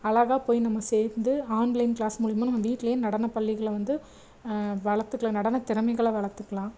அழகாக போயி நம்ம சேர்ந்து ஆன்லைன் கிளாஸ் மூலியமாக நம்ம வீட்டுலேயே நடனப் பள்ளிகளை வந்து வளர்த்துக்கலாம் நடனத் திறமைகளை வளர்த்துக்கலாம்